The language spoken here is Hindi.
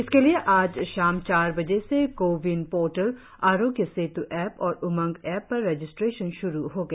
इसके लिए आज शाम चार बजे से CoWIN portal Aarogya Setu app और उमंग एप पर रजिस्ट्रेशन श्रु हो गया